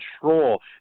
control